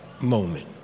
moment